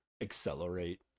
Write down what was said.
accelerate